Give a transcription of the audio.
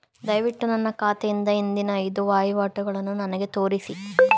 ದಯವಿಟ್ಟು ನನ್ನ ಖಾತೆಯಿಂದ ಹಿಂದಿನ ಐದು ವಹಿವಾಟುಗಳನ್ನು ನನಗೆ ತೋರಿಸಿ